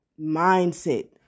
mindset